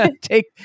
take